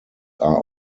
are